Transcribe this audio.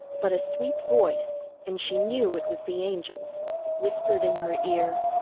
but a sweet voice and she knew it was the angel's whispered in her ear,